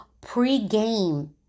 pre-game